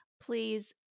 Please